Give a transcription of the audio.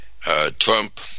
Trump